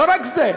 לא רק זה,